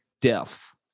deaths